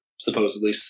supposedly